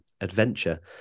adventure